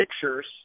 pictures